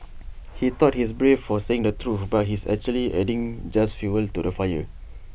he thought he's brave for saying the truth but he's actually just adding just fuel to the fire